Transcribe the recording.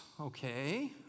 Okay